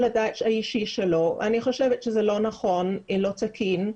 הדעת האישי שלו ואני חושבת שזה לא נכון ולא תקין,